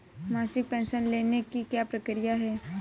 मासिक पेंशन लेने की क्या प्रक्रिया है?